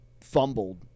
fumbled